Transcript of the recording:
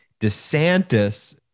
DeSantis